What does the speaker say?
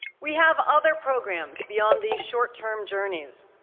we have other programs beyond these short-term journeys.